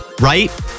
right